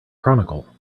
chronicle